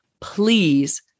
Please